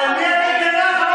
על מי את מגינה?